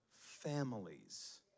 families